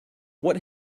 what